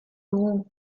dugu